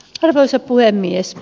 arvoisa puhemies